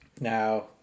Now